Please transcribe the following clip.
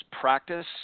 practice